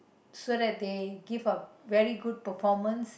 so that they give a very good performance